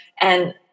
And-